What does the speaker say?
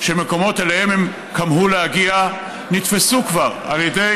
שמקומות שאליהם הם כמהו להגיע נתפסו כבר על ידי